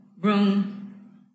room